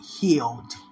healed